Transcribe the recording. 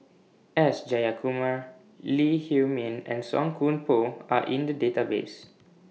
S Jayakumar Lee Huei Min and Song Koon Poh Are in The Database